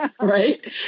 right